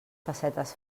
pessetes